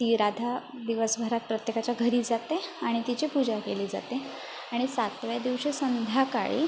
ती राधा दिवसभरात प्रत्येकाच्या घरी जाते आणि तिची पूजा केली जाते आणि सातव्या दिवशी संध्याकाळी